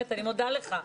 אני מודה לך.